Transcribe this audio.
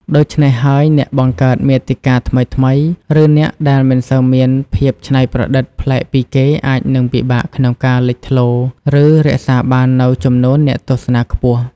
ដូច្នេះហើយ អ្នកបង្កើតមាតិកាថ្មីៗ ឬអ្នកដែលមិនសូវមានភាពច្នៃប្រឌិតប្លែកពីគេអាចនឹងពិបាកក្នុងការលេចធ្លោរ ឬ រក្សាបាននូវចំនួនអ្នកទស្សនាខ្ពស់។